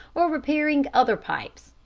or repairing other pipes,